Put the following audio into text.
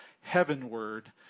heavenward